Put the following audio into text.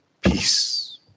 peace